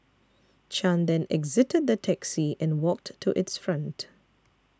Chan then exited the taxi and walked to its front